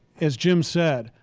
as jim said,